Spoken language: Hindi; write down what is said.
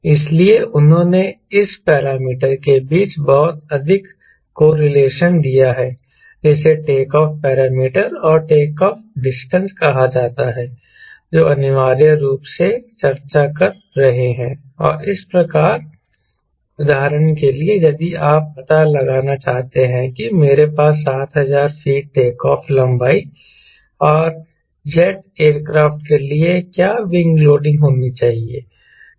इसलिए उन्होंने इस पैरामीटर के बीच बहुत अधिक कोरिलेशन दिया है जिसे टेक ऑफ पैरामीटर और टेक ऑफ डिस्टेंस कहा जाता है जो अनिवार्य रूप से वे चर्चा कर रहे हैं और इस प्रकार उदाहरण के लिए यदि आप यह पता लगाना चाहते हैं कि मेरे पास 7000 फीट टेक ऑफ लंबाई और एक जेट एयरक्राफ्ट के लिए क्या विंग लोडिंग होना चाहिए